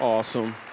Awesome